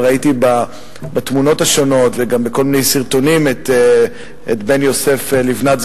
אבל ראיתי בתמונות השונות וגם בכל מיני סרטונים את בן יוסף לבנת,